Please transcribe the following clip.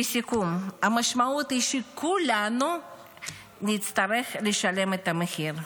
לסיכום, המשמעות היא שכולנו נצטרך לשלם את המחיר.